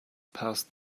passed